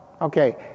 Okay